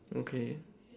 okay